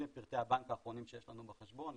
אלה פרטי הבנק האחרונים שיש לנו בחשבון,